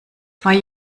zwei